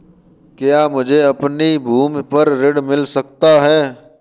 क्या मुझे अपनी भूमि पर ऋण मिल सकता है?